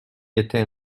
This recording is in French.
était